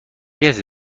کسی